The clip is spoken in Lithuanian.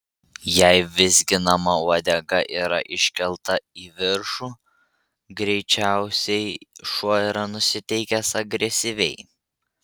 jei vizginama uodega yra iškelta į viršų greičiausiai šuo yra nusiteikęs agresyviai